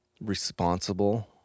responsible